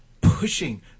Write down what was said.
pushing